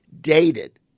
dated